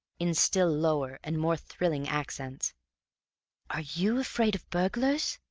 in still lower and more thrilling accents are you afraid of burglars?